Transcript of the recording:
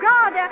God